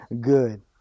good